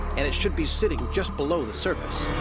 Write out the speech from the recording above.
and it should be sitting just below the surface.